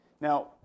Now